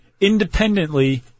independently